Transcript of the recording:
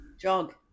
Jog